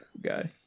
guy